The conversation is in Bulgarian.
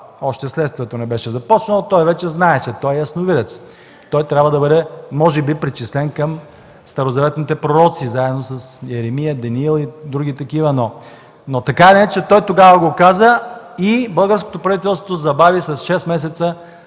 Още следствието не беше започнало, той вече знаеше – той е ясновидец, може би трябва да бъде причислен към старозаветните пророци, заедно с Йеремия, Даниил и други такива, но така или иначе той тогава го каза. Българското правителство леко се